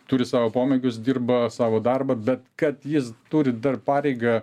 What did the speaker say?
turi savo pomėgius dirba savo darbą bet kad jis turi dar pareigą